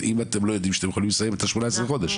אם אתם לא יודעים שאתם יכולים לסיים את ה-18 חודש.